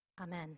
Amen